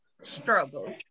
Struggles